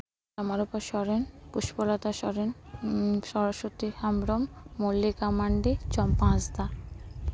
Anurupa Soren Puspalata Soren Saraswati Hembrom Mallika Mandi Champa Hansda